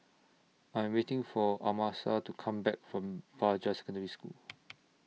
I Am waiting For Amasa to Come Back from Fajar Secondary School